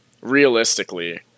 realistically